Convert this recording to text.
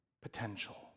potential